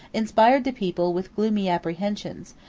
inspired the people with gloomy apprehensions,